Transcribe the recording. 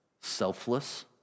Selfless